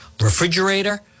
refrigerator